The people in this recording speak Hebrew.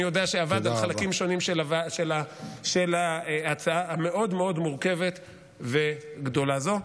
אני יודע שעבד על חלקים שונים של ההצעה המאוד-מאוד מורכבת וגדולה הזאת.